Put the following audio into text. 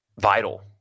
vital